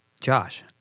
Josh